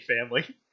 family